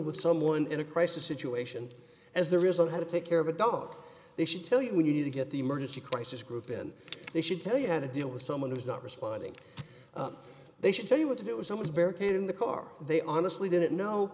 with someone in a crisis situation as there is on how to take care of a dog they should tell you we need to get the emergency crisis group in they should tell you how to deal with someone who's not responding they should tell you what to do so much barricade in the car they honestly didn't know